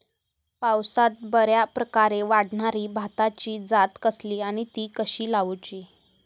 पावसात बऱ्याप्रकारे वाढणारी भाताची जात कसली आणि ती कशी लाऊची?